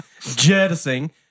Jettisoning